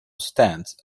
stands